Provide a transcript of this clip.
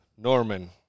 Norman